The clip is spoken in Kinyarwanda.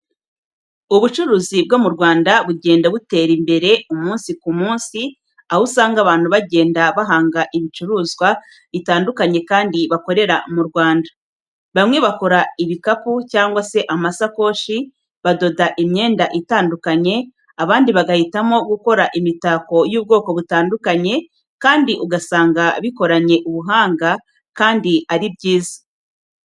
Ubucuruzi bwo mu Rwanda bugenda butera imbere umunsi ku munsi aho usanga abantu bagenda bahanga ibicuruzwa bitandukanye kandi bakoreye mu Rwanda. Bamwe bakora ibikapu cyangwa se amasakoshi, badoda imyenda itandikanye abandi bagahitamo gukora imitako y'ubwoko butandukanye kandi ugasanga bikoranye ubuhanga kandi ari byiza.